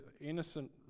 innocent